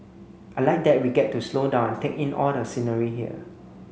I like that we get to slow down and take in all the scenery here